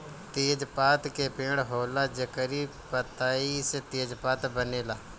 तेजपात के पेड़ होला जेकरी पतइ से तेजपात बनेला